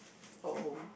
home